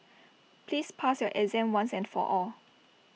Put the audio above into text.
please pass your exam once and for all